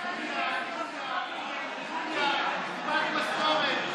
אני קובע שהסתייגות מס' 7 נדחתה.